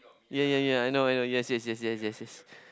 ya ya ya I know I know yes yes yes yes yes yes